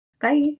Bye